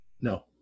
No